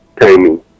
timing